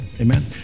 Amen